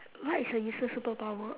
what is a useless superpower